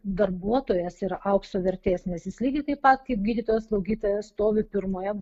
darbuotojas yra aukso vertės nes jis lygiai taip pat kaip gydytojas slaugytojas stovi pirmoje